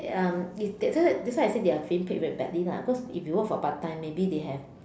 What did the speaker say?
um if that's why that's why I said they're been paid very badly lah because if you work for part time maybe they have